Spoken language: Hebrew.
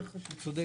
את צודקת.